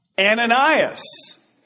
Ananias